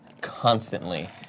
constantly